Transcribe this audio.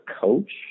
coach